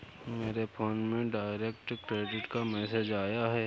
मेरे फोन में direct credit का मैसेज आया है